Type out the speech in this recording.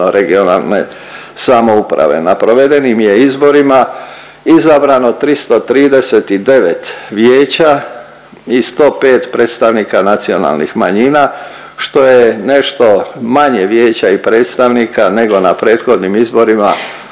(regionalne) samouprave. Na provedenim je izborima izabrano 339 vijeća i 105 predstavnika nacionalnih manjina, što je nešto manje vijeća i predstavnika nego na prethodnim izborima